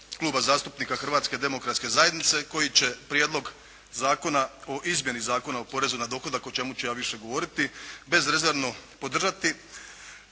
Kluba zastupnika Hrvatske demokratske zajednice koji će Prijedlog Zakona o izmjeni Zakona o porezu na dohodak, o čemu ću ja više govoriti bezrezervno podržati,